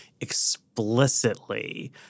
explicitly